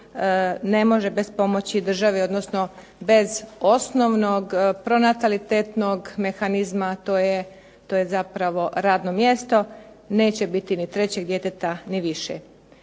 ne može bez pomoći državi odnosno bez osnovnog pronatalitetnog mehanizma, a to je zapravo radno mjesto, neće biti ni trećeg djeteta ni više.